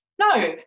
no